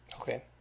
Okay